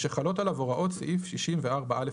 ושחלות עליו הוראות סעיף 64א(ב)(3);";